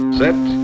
set